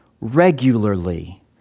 regularly